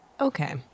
Okay